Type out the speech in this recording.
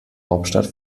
hauptstadt